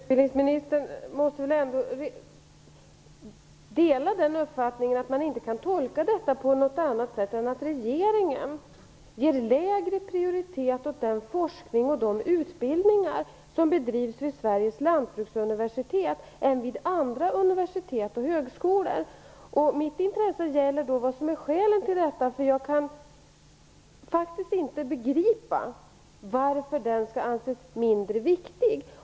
Fru talman! Utbildningsministern måste väl ändå dela den uppfattningen att man inte kan tolka detta på något annat sätt än att regeringen ger lägre prioritet åt den forskning och de utbildningar som bedrivs vid Sveriges lantbruksuniversitet än vid andra universitet och högskolor. Mitt intresse gäller vad som är skälet till detta. Jag kan faktiskt inte begripa varför det skall anses mindre viktigt.